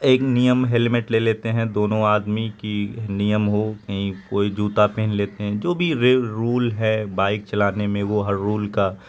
ایک نیم ہیلمٹ لے لیتے ہیں دونوں آدمی کہ نیم ہو کہیں کوئی جوتا پہن لیتے ہیں جو بھی رول ہے بائیک چلانے میں وہ ہر رول کا